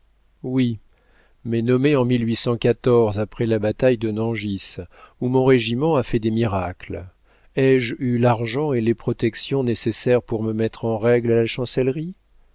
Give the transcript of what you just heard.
oui mais nommé en après la bataille de nangis où mon régiment a fait des miracles ai-je eu l'argent et les protections nécessaires pour me mettre en règle à la chancellerie